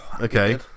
Okay